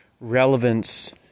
relevance